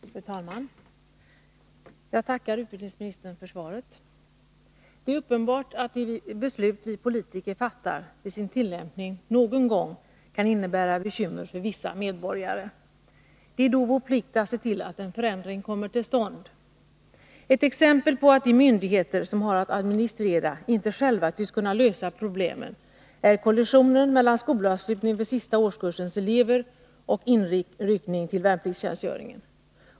Fru talman! Jag tackar utbildningsministern för svaret. Det är uppenbart att de beslut som vi politiker fattar vid sin tillämpning någon gång kan innebära bekymmer för vissa medborgare. Det är då vår plikt att se till att en förändring kommer till stånd. Ett exempel på att de myndigheter som har att administrera inte själva tycks kunna lösa problemen är kollisionen mellan skolavslutning för sista årskursens elever och inryckning till värnpliktstjänstgöring.